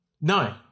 No